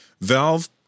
Valve